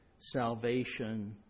salvation